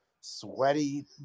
sweaty